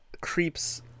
Creeps